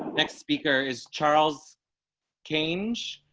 next speaker is charles change,